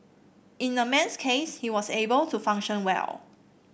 in the man's case he was able to function well